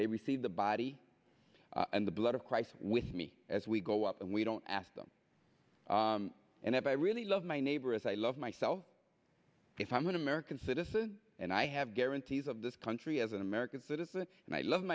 they receive the body and the blood of christ with me as we go up and we don't ask them and if i really love my neighbor as i love myself if i'm going to american citizen and i have guarantees of this country as an american citizen and i love